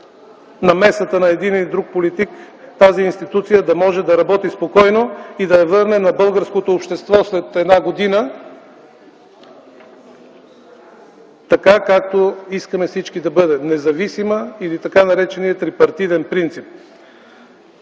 намесата на един или друг политик тази институция да може да работи спокойно и да я върнем на българското общество след една година така, както всички искаме да бъде – независима, или така наречения трипартитен принцип.